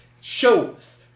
shows